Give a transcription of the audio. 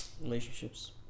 Relationships